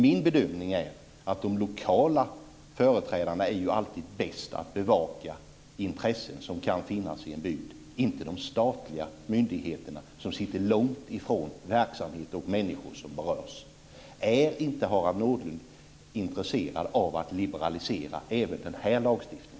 Min bedömning är att de lokala företrädarna alltid är bäst att bevaka intressen som kan finnas i en bygd, inte de statliga myndigheterna som befinner sig långt från den verksamhet och de människor som berörs. Är inte Harald Nordlund intresserad av att liberalisera även den här lagstiftningen?